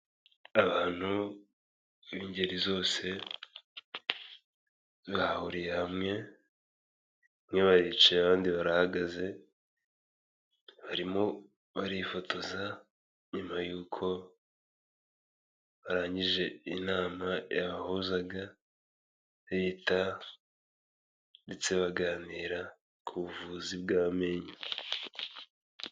Abantu b'ingeri zose bahuriye hamwe, bamwe baricaye abandi barahagaze, barimo barifotoza nyuma y'uko barangije inama yabahuzaga, Leta ndetse baganira ku buvuzi bw'amenyo.